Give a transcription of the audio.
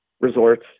resorts